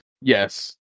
Yes